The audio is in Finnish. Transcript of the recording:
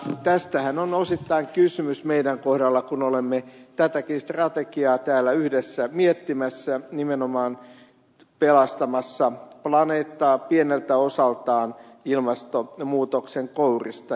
tästähän on osittain kysymys meidän kohdallamme kun olemme tätäkin strategiaa täällä yhdessä miettimässä nimenomaan pelastamassa planeettaa pieneltä osaltaan ilmastomuutoksen kourista